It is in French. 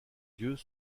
yeux